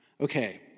Okay